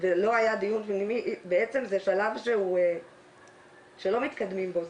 ולא היה דיון פנימי, בעצם זה שלב שלא מתקדמים בו.